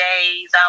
days